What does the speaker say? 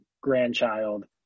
grandchild